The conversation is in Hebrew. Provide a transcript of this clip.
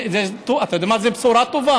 טוב, אתה יודע מה, זו בשורה טובה.